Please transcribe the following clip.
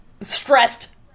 Stressed